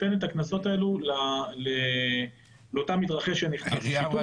שנותן את הקנסות האלה לאותו מתרחץ -- יובל,